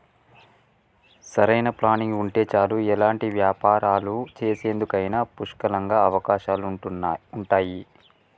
సరైన ప్లానింగ్ ఉంటే చాలు ఎలాంటి వ్యాపారాలు చేసేందుకైనా పుష్కలంగా అవకాశాలుంటయ్యి